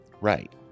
Right